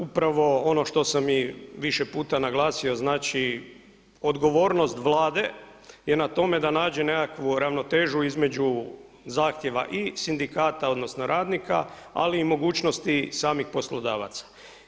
Upravo ono što sam i više puta naglasio znači odgovornost Vlade je na tome da nađe nekakvu ravnotežu između zahtjeva i sindikata odnosno radnika, ali i mogućnosti samih poslodavaca.